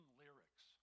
lyrics